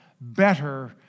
better